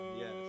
Yes